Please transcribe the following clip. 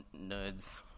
nerds